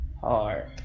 hard